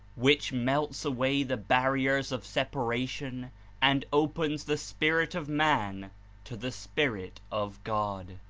which melts away the barriers of separation and opens the spirit of man to the spirit of god.